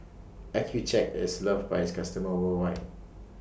Accucheck IS loved By its customers worldwide